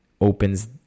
opens